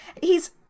He's-